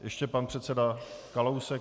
Ještě pan předseda Kalousek.